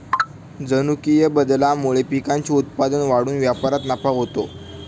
जनुकीय बदलामुळे पिकांचे उत्पादन वाढून व्यापारात नफा होतो